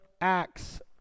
acts